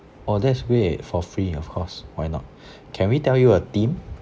oh that's great for free of course why not can we tell you a theme